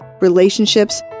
relationships